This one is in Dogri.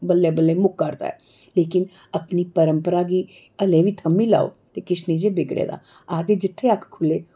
बल्लें बल्लें मुक्का करदा ऐ लेकिन अपनी परंपरा गी हल्लें बी थम्मीं लैओ ते किश नेईं जी बिगड़े दा आखदे जित्थे अक्ख खुल्ले